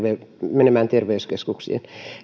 menemään terveyskeskuksiin